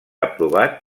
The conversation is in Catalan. aprovat